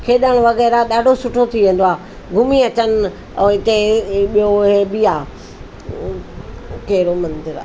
खेॾणु वग़ैरह ॾाढो सुठो थी वेंदो आहे घुमी अचनि पोइ हिते ॿियो हे बि आहे कहिड़ो मंदरु आहे